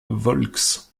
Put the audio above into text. volx